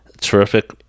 Terrific